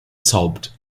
sobbed